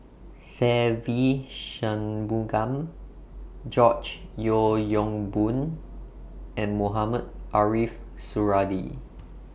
Se Ve Shanmugam George Yeo Yong Boon and Mohamed Ariff Suradi